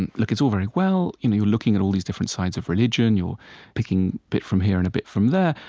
and look, it's all very well. you're looking at all these different sides of religion. you're picking a bit from here and a bit from there.